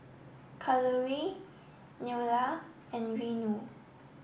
Kalluri Neila and Renu